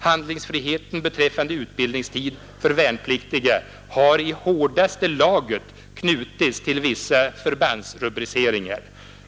Handlingsfrihet beträffande utbildningstid för värnpliktiga har i hårdaste laget knutits till vissa förbandsrubriceringar.